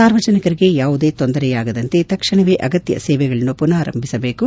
ಸಾರ್ವಜನಿಕರಿಗೆ ಯಾವುದೇ ತೊಂದರೆಯಾಗದಂತೆ ತಕ್ಷಣವೇ ಅಗತ್ಯ ಸೇವೆಗಳನ್ನು ಪುನರಾರಂಭಿಸಬೇಕು